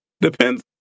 Depends